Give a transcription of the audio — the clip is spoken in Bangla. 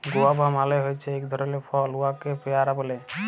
গুয়াভা মালে হছে ইক ধরলের ফল উয়াকে পেয়ারা ব্যলে